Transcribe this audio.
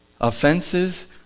Offenses